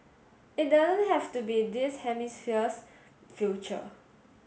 it doesn't have to be this hemisphere's future